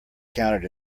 counted